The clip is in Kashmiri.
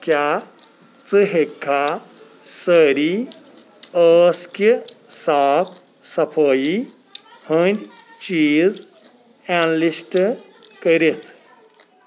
کیٛاہ ژٕ ہیٚککھا سٲری ٲس کہِ صاف صفٲیی ہِنٛدۍ چیٖز ایٚنلسٹ کٔرِتھ؟